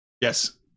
yes